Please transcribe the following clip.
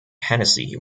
hennessy